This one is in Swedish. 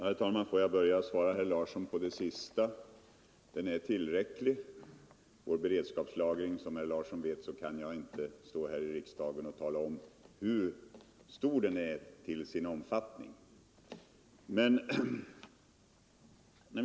Herr talman! Jag vill börja med att svara på den senaste frågan av herr Larsson i Staffanstorp. Vår beredskapslagring är tillräcklig. Som herr Larsson vet kan jag inte stå här i riksdagen och tala om hur stor om fattning den har.